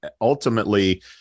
ultimately